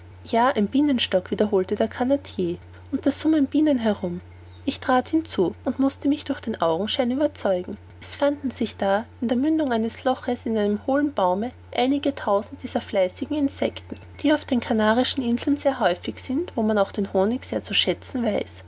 ja ein bienenstock wiederholte der canadier und da summen bienen herum ich trat hinzu und mußte mich durch den augenschein überzeugen es fanden sich da an der mündung eines loches in einem hohlen baume einige tausend dieser fleißigen insecten die auf den canarischen inseln sehr häufig sind wo man auch den honig sehr zu schätzen weiß